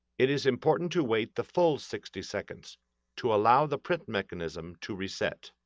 it is important to wait the full sixty seconds to allow the print mechanism to reset.